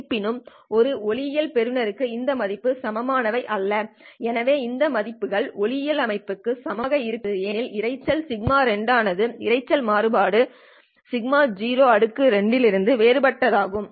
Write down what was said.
இருப்பினும் ஒரு ஒளியியல் பெறுநருக்கு இந்த மதிப்புகள் சமமானவை அல்ல எனவே இந்த மதிப்புகள் ஒளியியல் அமைப்புக்கு சமமாக இருக்காது ஏனென்றால் இரைச்சல் σ12 ஆனது இரைச்சல் மாறுபாடு σ02 இருந்து வேறுபட்டதாகும்